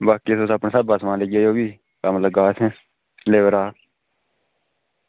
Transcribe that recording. बाकी तुस अपने स्हाबै दा समान लेई लेई जाएओ फ्ही कम्म लग्गा दा इत्थें लेबरै दा